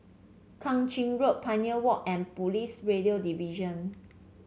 Kang Ching Road Pioneer Walk and Police Radio Division